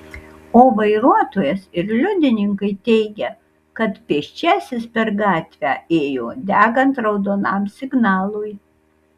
o vairuotojas ir liudininkai teigia kad pėsčiasis per gatvę ėjo degant raudonam signalui